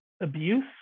abuse